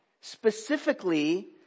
Specifically